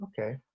okay